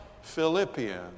Philippians